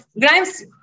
Grimes